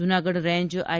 Junagadh range I